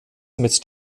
mit